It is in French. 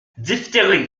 diphtérie